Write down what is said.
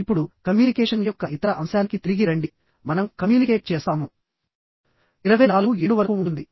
ఇప్పుడు కమ్యూనికేషన్ యొక్క ఇతర అంశానికి తిరిగి రండి మనం కమ్యూనికేట్ చేస్తాము 24 7 వరకు ఉంటుంది